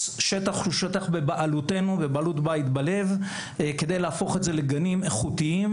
שטח בבעלות בית בלב כדי להפוך אותו לשני גנים איכותיים.